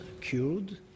cured